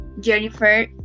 Jennifer